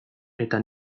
eta